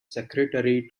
secretary